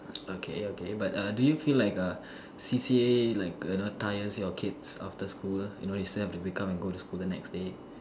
okay okay but uh do you feel like uh C_C_A like tires your kids after school you know you still have to wake up and go to school the next day